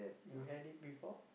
you had it before